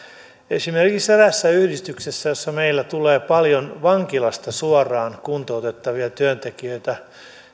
esimerkiksi eräässä yhdistyksessä meille tulee paljon suoraan vankilasta kuntoutettavia työntekijöitä